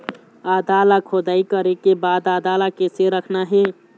आदा ला खोदाई करे के बाद आदा ला कैसे रखना हे?